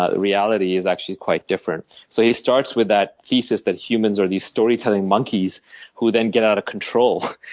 ah reality is actually quite different. so he starts with that thesis that humans are these storytelling monkeys who then get out of control.